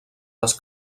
les